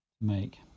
make